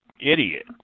idiot